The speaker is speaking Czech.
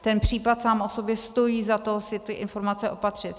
Ten případ sám o sobě stojí za to si ty informace opatřit.